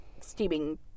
steaming